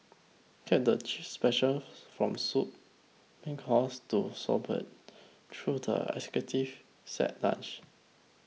get the specials from soup main course to sorbets through the executive set lunch